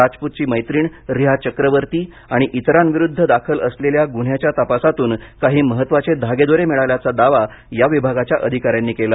राजपुतची मैत्रिण रिया चक्रवर्ती आणि इतरांविरुद्ध दाखल असलेल्या गुन्ह्याच्या तपासातून काही महत्वाचे धागेदोरे मिळाल्याचा दावा या विभागाच्या अधिकाऱ्यांनी केला